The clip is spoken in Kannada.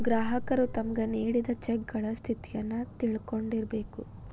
ಗ್ರಾಹಕರು ತಮ್ಗ್ ನೇಡಿದ್ ಚೆಕಗಳ ಸ್ಥಿತಿಯನ್ನು ತಿಳಕೊಂಡಿರ್ಬೇಕು